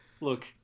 Look